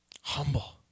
Humble